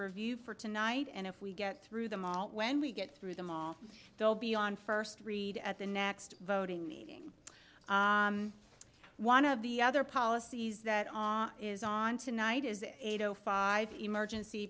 review for tonight and if we get through them all when we get through them all they'll be on first read at the next voting meeting one of the other policies that is on tonight is eight o five emergency